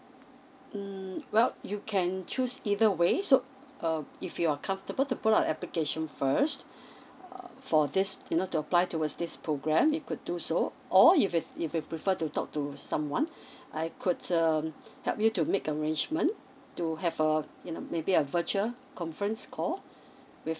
mm well you can choose either way so um if you're comfortable to put your application first err for this you know to apply towards this program you could do so or if you if you prefer to talk to someone I could um help you to make arrangement to have a you know maybe a virtual conference call with